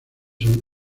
son